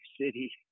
city